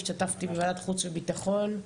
השתתפתי בוועדת החוץ והביטחון,